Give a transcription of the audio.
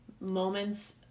moments